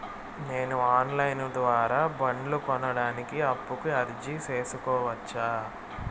నేను online ద్వారా బండ్లు కొనడానికి అప్పుకి అర్జీ సేసుకోవచ్చా?